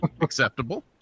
Acceptable